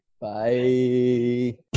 Bye